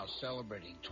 celebrating